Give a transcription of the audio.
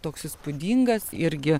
toks įspūdingas irgi